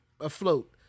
afloat